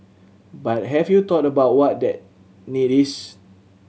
but have you thought about what that need is